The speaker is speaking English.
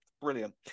Brilliant